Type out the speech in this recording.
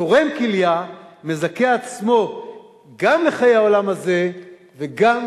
התורם כליה מזכה עצמו גם לחיי העולם הזה וגם